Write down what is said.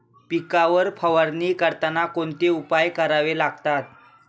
पिकांवर फवारणी करताना कोणते उपाय करावे लागतात?